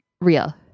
Real